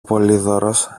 πολύδωρος